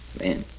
Man